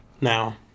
Now